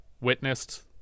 witnessed